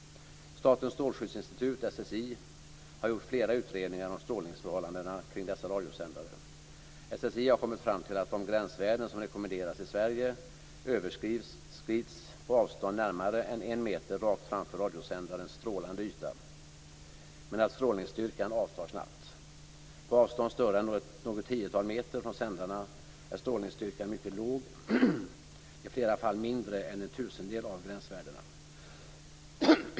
Statens strålskyddsinstitut, SSI, har gjort flera utredningar om strålningsförhållandena kring dessa radiosändare. SSI har kommit fram till att de gränsvärden som rekommenderas i Sverige överskrids på avstånd närmare än en meter rakt framför radiosändarens strålande yta, men att strålningsstyrkan avtar snabbt. På avstånd större än något tiotal meter från sändarna är strålningsstyrkan mycket låg, i flera fall mindre än en tusendel av gränsvärdena.